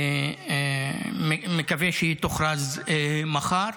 מקווה שהיא תוכרז מחר.